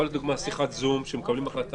יכולה להיות לדוגמה שיחת זום שמקבלים החלטה,